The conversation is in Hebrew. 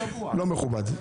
לא מכובד.